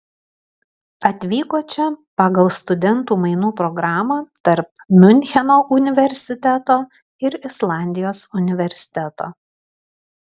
atvyko čia pagal studentų mainų programą tarp miuncheno universiteto ir islandijos universiteto